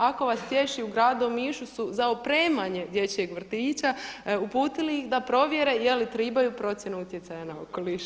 Ako vas tješi u gradu Omišu su za opremanje dječjeg vrtića uputili ih da provjere jeli trebaju procjenu utjecaja na okoliš.